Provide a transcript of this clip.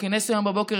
הוא כינס היום בבוקר